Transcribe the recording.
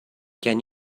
can